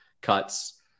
cuts